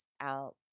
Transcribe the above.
out